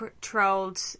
trolled